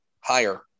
higher